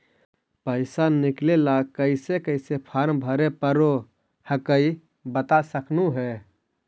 पैसा निकले ला कैसे कैसे फॉर्मा भरे परो हकाई बता सकनुह?